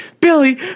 Billy